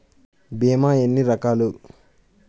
భీమ ఎన్ని రకాలు?